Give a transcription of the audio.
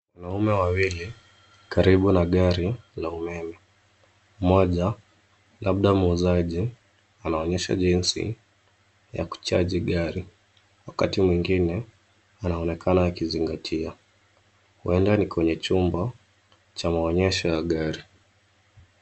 Wanaume wawili karibu na gari la umeme. Mmoja labda mwuuzaji anaonyesha jinsi ya kuchaji gari. Wakati mwingine anaonekana akizingatia, huenda ni kwenye chumba cha maonyesho ya gari.